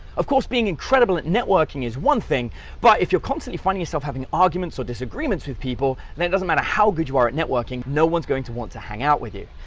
of course, being incredible at networking is one thing but if you're constantly finding yourself having arguments or disagreements with people, than it doesn't matter how good you are at networking, no one's going to want to hang out with you,